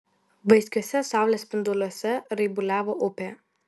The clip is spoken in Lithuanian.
vaiskiuose saulės spinduliuose raibuliavo upė